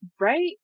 Right